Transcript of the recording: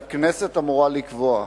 שהכנסת אמורה לקבוע.